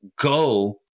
go